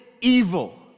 evil